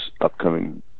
upcoming